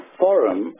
forum